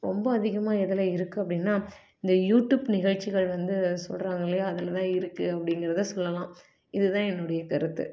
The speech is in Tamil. ரொம்ப அதிகமாக எதில் இருக்கு அப்படின்னா இந்த யூட்யூப் நிகழ்ச்சிகள் வந்து சொல்லுறாங்க இல்லையா அதில் தான் இருக்கு அப்படிங்கிறத சொல்லலாம் இது தான் என்னுடைய கருத்து